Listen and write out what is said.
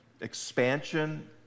expansion